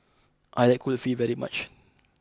I like Kulfi very much